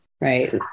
right